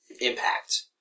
Impact